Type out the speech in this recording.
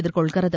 எதிர்கொள்கிறது